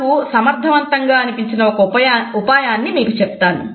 నాకు సమర్థవంతంగా అనిపించిన ఒక ఉపాయాన్ని మీకు చెబుతాను